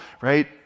right